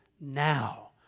now